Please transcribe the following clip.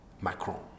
Macron